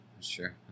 sure